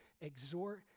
exhort